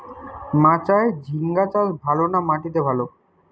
মাচায় ঝিঙ্গা চাষ ভালো না মাটিতে ভালো?